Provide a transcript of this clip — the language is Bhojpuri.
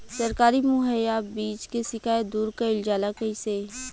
सरकारी मुहैया बीज के शिकायत दूर कईल जाला कईसे?